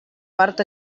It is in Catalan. part